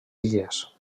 illes